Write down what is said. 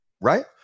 right